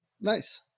Nice